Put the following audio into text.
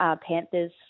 Panthers